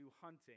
hunting